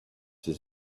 his